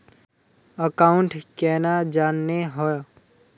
Account केना जाननेहव?